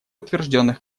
утвержденных